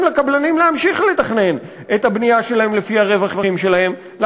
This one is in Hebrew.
לקבלנים להמשיך לתכנן את הבנייה שלהם לפי הרווחים שלהם,